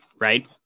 right